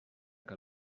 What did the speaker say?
que